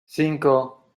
cinco